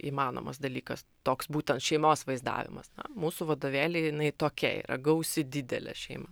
įmanomas dalykas toks būtent šeimos vaizdavimas mūsų vadovėly jinai tokia yra gausi didelė šeima